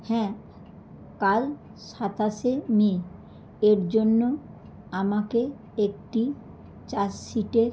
হ্যাঁ কাল সাতাশে মে এর জন্য আমাকে একটি চার সীটের